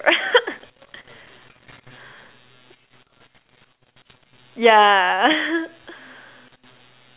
yeah